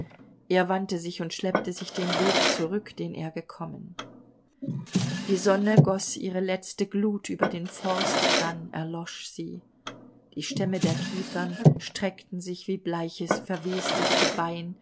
er wandte sich und schleppte sich den weg zurück den er gekommen die sonne goß ihre letzte glut über den forst dann erlosch sie die stämme der kiefern streckten sich wie bleiches verwestes gebein